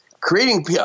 creating